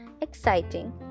exciting